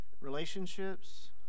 relationships